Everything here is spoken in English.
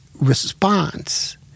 response